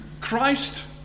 Christ